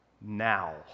now